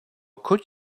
could